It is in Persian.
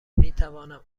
میتوانم